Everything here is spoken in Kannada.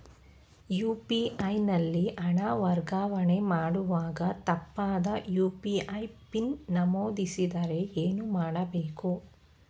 ಯು.ಪಿ.ಐ ನಲ್ಲಿ ಹಣ ವರ್ಗಾವಣೆ ಮಾಡುವಾಗ ತಪ್ಪಾದ ಯು.ಪಿ.ಐ ಪಿನ್ ನಮೂದಿಸಿದರೆ ಏನು ಮಾಡಬೇಕು?